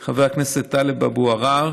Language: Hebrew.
של חבר הכנסת טלב אבו עראר,